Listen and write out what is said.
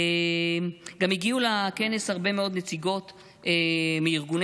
הגיעו לכנס גם הרבה מאוד נציגות מארגוני